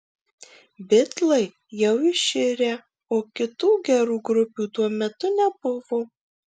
bitlai jau iširę o kitų gerų grupių tuo metu nebuvo